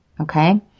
okay